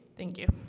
thank you